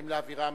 האם להעבירן